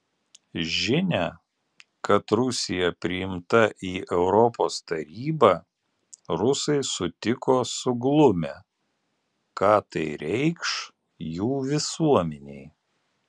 žinią kad rusija priimta į europos tarybą rusai sutiko suglumę ką tai reikš jų visuomenei